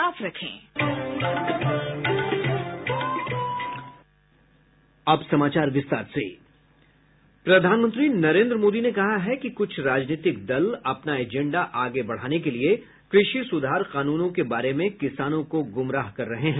sound byte प्रधानमंत्री नरेन्द्र मोदी ने कहा है कि कुछ राजनीतिक दल अपना एजेंडा आगे बढ़ाने के लिये कृषि सुधार कानूनों के बारे में किसानों को गुमराह कर रहे हैं